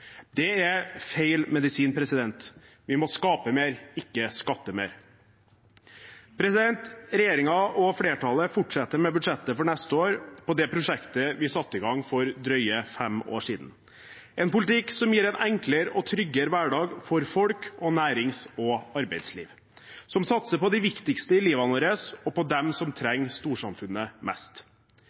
Det er feil medisin. Vi må skape mer, ikke skatte mer. Regjeringen og flertallet fortsetter med budsjettet for neste år med det prosjektet vi satte i gang for drøye fem år siden: en politikk som gir en enklere og tryggere hverdag for folk og nærings- og arbeidsliv, som satser på de viktigste i livet vårt og på dem som trenger storsamfunnet mest.